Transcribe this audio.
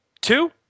Two